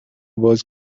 was